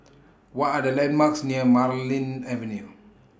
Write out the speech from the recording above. What Are The landmarks near Marlene Avenue